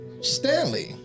Stanley